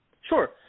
Sure